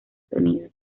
sonido